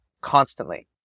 constantly